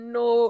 no